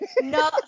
no